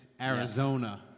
Arizona